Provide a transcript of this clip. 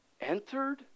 entered